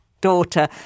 daughter